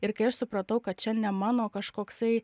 ir kai aš supratau kad čia ne mano kažkoksai